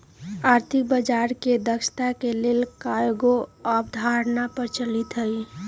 आर्थिक बजार के दक्षता के लेल कयगो अवधारणा प्रचलित हइ